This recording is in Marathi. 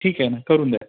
ठीक आहे ना करून द्या